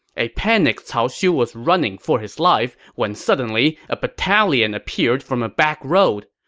a panicked cao xiu was running for his life when suddenly, a battalion appeared from a backroad.